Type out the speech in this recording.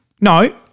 No